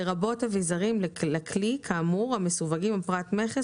לרבות אביזרים לכלי כאמור המסווגים בפרט מכס